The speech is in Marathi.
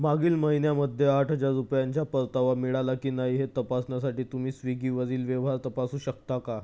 मागील महिन्यामध्ये आठ हजार रुपयांचा परतावा मिळाला की नाही हे तपासण्यासाठी तुम्ही स्विगीवरील व्यवहार तपासू शकता का